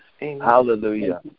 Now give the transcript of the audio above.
Hallelujah